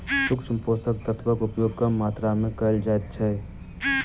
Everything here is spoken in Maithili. सूक्ष्म पोषक तत्वक उपयोग कम मात्रा मे कयल जाइत छै